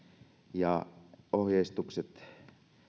ja ohjeistukset